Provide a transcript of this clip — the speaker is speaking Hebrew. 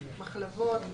מחלבות,